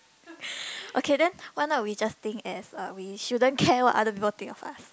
okay then why not we just think as uh we shouldn't care what other people think of us